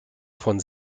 von